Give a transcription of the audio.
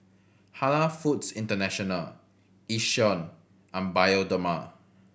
Halal Foods International Yishion and Bioderma